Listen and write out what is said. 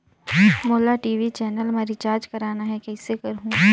मोला TV channel मा recharge करना हे, कइसे करहुँ?